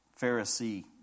Pharisee